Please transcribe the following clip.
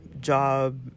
job